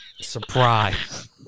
Surprise